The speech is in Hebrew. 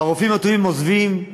הרופאים הטובים עוזבים,